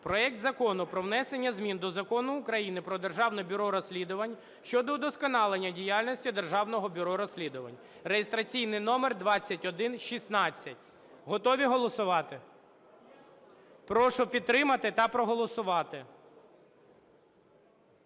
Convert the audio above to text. проект Закону про внесення змін до Закону України "Про Державне бюро розслідувань" щодо удосконалення діяльності Державного бюро розслідувань (реєстраційний номер 2116). Готові голосувати? Прошу підтримати та проголосувати.